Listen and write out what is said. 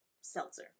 seltzer